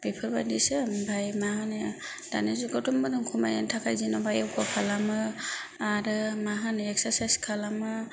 बेफोरबादिसो ओमफ्राय मा होनो दानि जुगावथ' मोदोम खमायनायनि थाखाय जेनेबा योगा खालामो आरो मा होनो एकसारसाइस खालामो